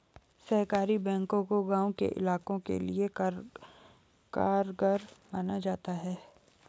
सहकारी बैंकों को गांव के इलाकों के लिये कारगर माना जाता है